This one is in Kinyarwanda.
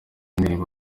indirimbo